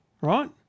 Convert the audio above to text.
right